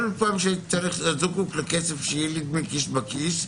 כל פעם שהייתי זקוק לכסף שיהיה לי דמי כיס בכיס,